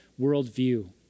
worldview